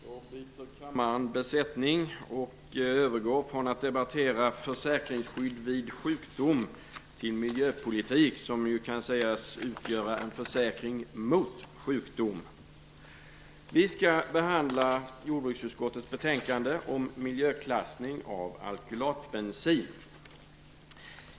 Herr talman! Då byter kammaren besättning och övergår från att debattera försäkringsskydd vid sjukdom till miljöpolitik, som ju kan sägas utgöra en försäkring mot sjukdom. Vi skall behandla jordbruksutskottets betänkande om miljöklassning av alkylatbensin.